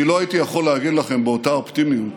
אני לא הייתי יכול להגיד לכם באותה אופטימיות